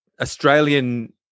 Australian